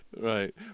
Right